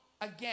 again